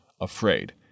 afraid